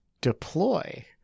deploy